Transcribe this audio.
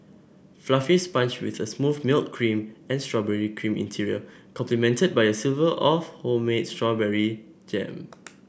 fluffy sponge with a smooth milk cream and strawberry cream interior complemented by a silver of homemade strawberry jam